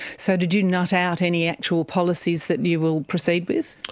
so did you nut out any actual policies that you will proceed with?